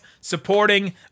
supporting